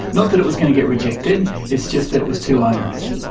not that it was going to get rejected, it's just that it was too onerous.